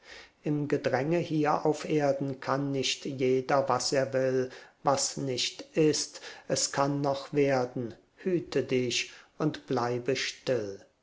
im gedränge hier auf erden kann nicht jeder was er will was nicht ist es kann noch werden hüte dich und bleibe still